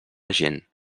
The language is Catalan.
gent